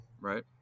Right